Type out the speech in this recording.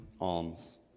Alms